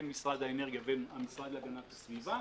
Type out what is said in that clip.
בין משרד האנרגיה לבין המשרד להגנת הסביבה.